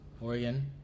Oregon